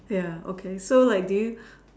ya okay so like do you